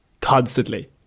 constantly